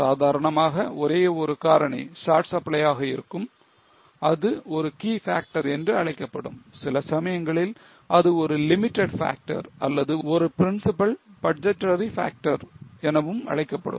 சாதாரணமாக ஒரே ஒரு காரணி short supply ஆக இருக்கும் அது ஒரு key factor என்று அழைக்கப்படும் சில சமயங்களில் அது ஒரு limited factor அல்லது ஒரு principal budgetary factor எனவும் அழைக்கப்படும்